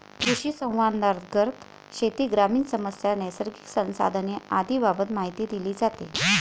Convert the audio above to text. कृषिसंवादांतर्गत शेती, ग्रामीण समस्या, नैसर्गिक संसाधने आदींबाबत माहिती दिली जाते